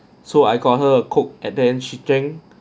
so I got her a coke and then she drank